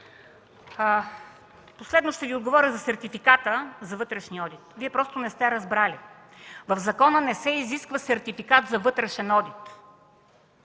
Последно ще Ви отговоря за сертификата за вътрешен одит. Вие просто не сте разбрали. В закона не се изисква сертификат за вътрешен одит.